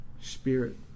spirit